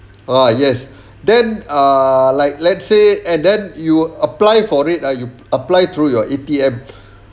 ah yes then err like let's say and then you apply for it ah you apply through your A_T_M